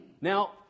Now